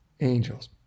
angels